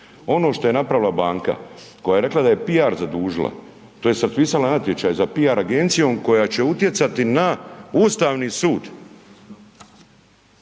ono što je napravila banka koja je rekla da je PR zadužila tj. raspisala natječaj za PR agencijom koja će utjecati na Ustavni sud.